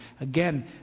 again